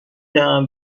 دهم